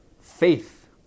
faith